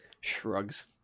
shrugs